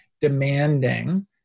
demanding